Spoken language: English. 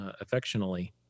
affectionately